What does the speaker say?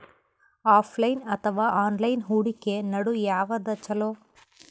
Offline ಅಥವಾ online ಹೂಡಿಕೆ ನಡು ಯವಾದ ಛೊಲೊ?